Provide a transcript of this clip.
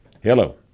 Hello